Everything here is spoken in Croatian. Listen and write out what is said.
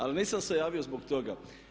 Ali nisam se javio zbog toga.